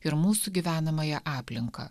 ir mūsų gyvenamąja aplinka